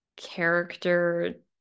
character